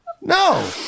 No